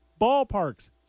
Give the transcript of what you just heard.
ballparks